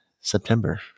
September